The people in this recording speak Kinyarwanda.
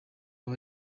aba